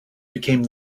became